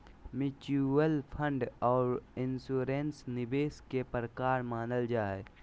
mutual fund आर insurance निवेश के प्रकार मानल जा हय